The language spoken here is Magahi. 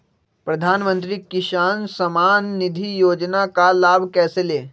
प्रधानमंत्री किसान समान निधि योजना का लाभ कैसे ले?